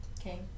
okay